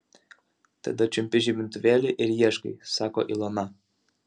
tada čiumpi žibintuvėlį ir ieškai sako ilona